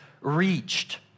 reached